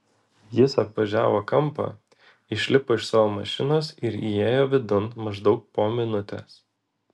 jis apvažiavo kampą išlipo iš savo mašinos ir įėjo vidun maždaug po minutės